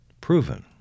proven